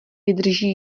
vydrží